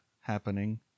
happening